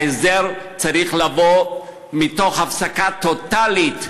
ההסדר צריך לבוא מתוך הפסקה טוטלית,